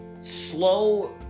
slow